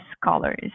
scholars